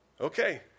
Okay